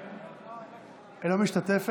מיכאלי,